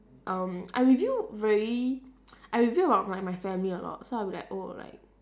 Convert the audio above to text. um I reveal very I reveal about my my family a lot so I'll be like oh like